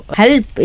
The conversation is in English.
help